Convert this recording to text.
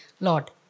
Lord